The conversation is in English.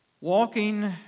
Walking